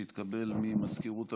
שהתקבל ממזכירות הממשלה,